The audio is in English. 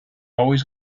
always